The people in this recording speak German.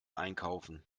einkaufen